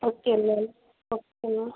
okay ma'am ma'am